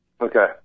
Okay